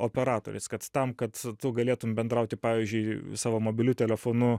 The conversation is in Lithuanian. operatoriais kad tam kad tu galėtum bendrauti pavyzdžiui savo mobiliu telefonu